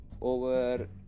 over